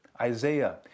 Isaiah